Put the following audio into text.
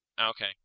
Okay